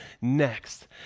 next